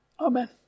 Amen